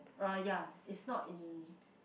uh ya it's not in